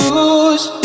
lose